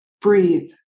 Breathe